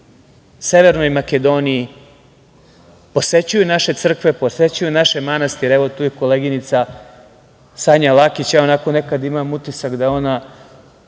Severnoj Makedoniji, posećuju naše crkve, posećuju naše manastire. Evo tu je koleginica Sanja Lakić, ja onako nekada imam utisak da je